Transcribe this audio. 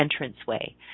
entranceway